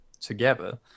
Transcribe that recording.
together